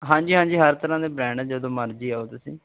ਹਾਂਜੀ ਹਾਂਜੀ ਹਰ ਤਰ੍ਹਾਂ ਦੇ ਬ੍ਰਾਂਡ ਜਦੋਂ ਮਰਜ਼ੀ ਆਓ ਤੁਸੀਂ